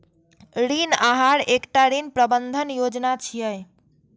ऋण आहार एकटा ऋण प्रबंधन योजना छियै